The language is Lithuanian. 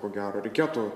ko gero reikėtų